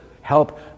help